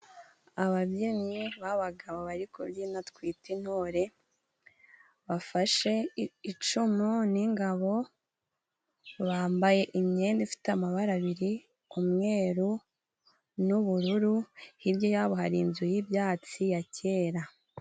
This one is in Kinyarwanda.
Ababyinnyi b'abagabo bari kubyina twita intore. Bafashe icumu n'ingabo, bambaye imyenda ifite amabara abiri umweru n'ubururu, hirya yabo hari inzu y'ibyatsi ya kera.